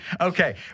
Okay